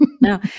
No